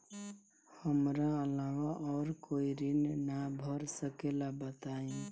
हमरा अलावा और कोई ऋण ना भर सकेला बताई?